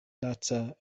laca